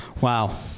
wow